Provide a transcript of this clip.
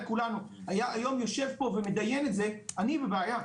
כולנו היה היום יושב פה ומתדיין את זה אני בבעיה,